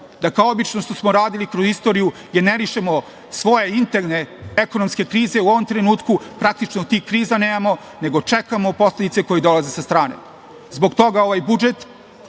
da kao i obično što smo radili kroz istoriju, generišemo svoje interne ekonomske krize. U ovom trenutku praktično tih kriza nemamo, nego čekamo posledice koje dolaze sa strane. Zbog toga ovaj budžet,